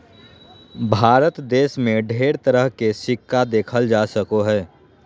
भारत देश मे ढेर तरह के सिक्का देखल जा सको हय